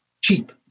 cheap